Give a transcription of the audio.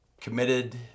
committed